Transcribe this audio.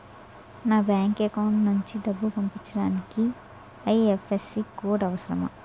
నా bank account నుంచి డబ్బు పంపించడానికి ఐ.ఎఫ్.ఎస్.సి కోడ్ అవసరమా?